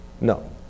No